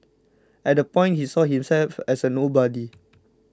at the point he saw himself as a nobody